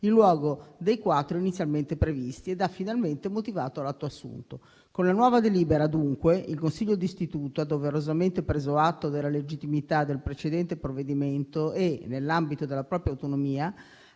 in luogo dei quattro inizialmente previsti, ed ha finalmente motivato l'atto assunto. Con la nuova delibera, dunque, il Consiglio d'istituto ha doverosamente preso atto della legittimità del precedente provvedimento e, nell'ambito della propria autonomia,